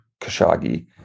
Khashoggi